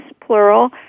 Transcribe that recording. plural